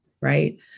right